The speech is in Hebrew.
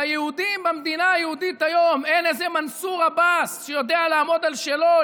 ליהודים במדינה היהודית היום אין איזה מנסור עבאס שיודע לעמוד על שלו,